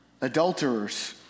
adulterers